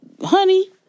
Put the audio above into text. Honey